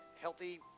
healthy